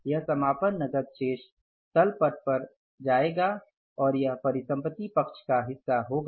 यह समापन नकद शेष तल पट पर पर जायेगा और यह परिसंपत्ति पक्ष का हिस्सा होगा